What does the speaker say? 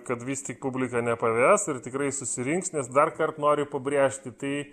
kad vis tik publika nepaves ir tikrai susirinks nes darkart noriu pabrėžti tai